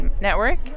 network